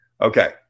Okay